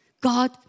God